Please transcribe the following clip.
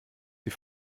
die